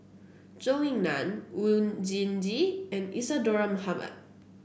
Zhou Ying Nan Oon Jin Gee and Isadhora Mohamed